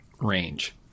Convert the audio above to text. range